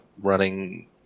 running